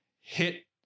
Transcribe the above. hit